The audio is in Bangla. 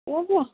ঠিক আছে